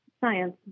science